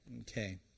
Okay